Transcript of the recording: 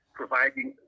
providing